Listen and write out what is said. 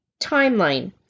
timeline